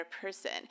person